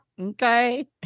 Okay